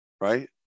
right